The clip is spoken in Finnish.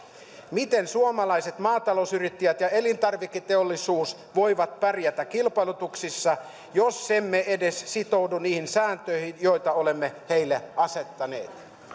miten suomalaiset maatalousyrittäjät ja elintarviketeollisuus voivat pärjätä kilpailutuksissa jos emme edes sitoudu niihin sääntöihin joita olemme heille asettaneet